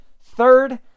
third